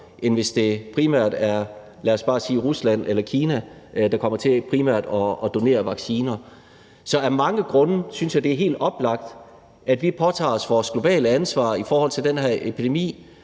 lad os bare sige Rusland eller Kina, der kommer til primært at donere vacciner. Så af mange grunde synes jeg, det er helt oplagt, at vi påtager os vores globale ansvar i forhold til den her epidemi